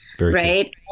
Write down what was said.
right